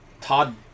Todd